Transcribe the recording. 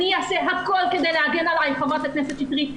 אני אעשה הכול כדי להגן עליך חברת הכנסת שטרית.